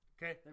Okay